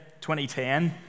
2010